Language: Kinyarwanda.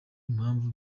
impamvu